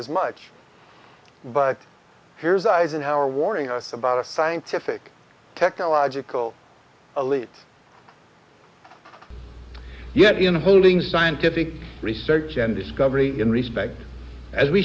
as much but here's eisenhower warning us about a scientific technological elite yet in holding scientific research and discovery in respect as we